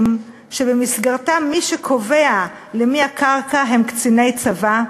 שבמסגרתם מי שקובע למי הקרקע הם קציני צבא.